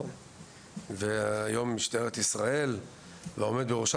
היום משטרת ישראל והעומד בראשה,